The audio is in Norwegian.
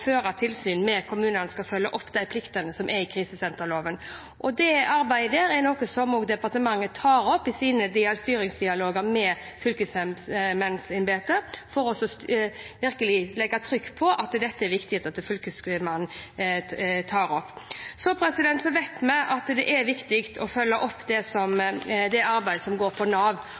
føre tilsyn med at kommunene skal følge opp de pliktene som er gitt i krisesenterloven. Det arbeidet er noe departementet tar opp i sine styringsdialoger med fylkesmannsembetet, for virkelig å legge trykk på at det er viktig at Fylkesmannen tar opp dette. Så vet vi at det er viktig å følge opp det arbeidet som går på Nav.